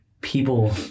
people